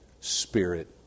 spirit